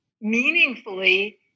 meaningfully